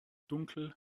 dunkel